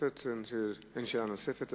אין שאלה נוספת.